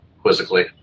quizzically